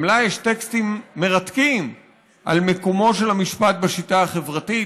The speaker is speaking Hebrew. לה יש טקסטים מרתקים על מקומו של המשפט בשיטה החברתית,